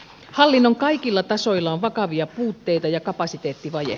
hallinnon kaikilla tasoilla on vakavia puutteita ja kapasiteettivaje